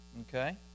okay